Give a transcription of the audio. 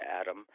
Adam